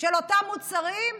של אותם מוצרים תעלה.